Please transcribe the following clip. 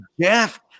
Jeff